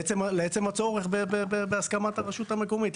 לעצם הצורך בהסכמת הרשות המקומית.